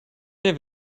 der